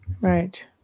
Right